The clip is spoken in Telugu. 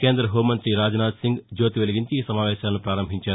కేంద్ర హోం మంతి రాజ్ నాధ్ సింగ్ జ్యోతి వెలిగించి ఈ సమావేశాలను ప్రారంభించారు